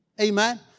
Amen